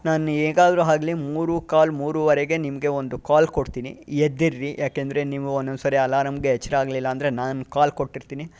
ನಾನು ಹೇಗಾದ್ರು ಆಗಲಿ ಮೂರು ಕಾಲು ಮೂರುವರೆಗೆ ನಿಮಗೆ ಒಂದು ಕಾಲು ಕೊಡ್ತೀನಿ ಎದ್ದಿರಿ ಏಕೆಂದರೆ ನೀವು ಒಂದೊಂದ್ಸರಿ ಅಲಾರಾಮ್ಗೆ ಎಚ್ಚರ ಆಗಲಿಲ್ಲ ಅಂದರೆ ನಾನು ಕಾಲ್ ಕೊಟ್ಟಿರ್ತೀನಿ